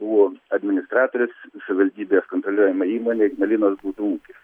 buvo administratorius savivaldybės kontroliuojama įmonė ignalinos butų ūkis